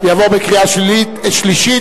יבוא לקריאה שלישית,